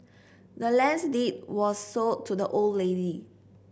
the land's deed was sold to the old lady